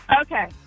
Okay